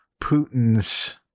Putin's